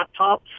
laptops